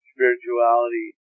Spirituality